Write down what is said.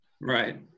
right